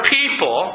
people